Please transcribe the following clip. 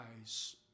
eyes